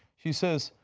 she says,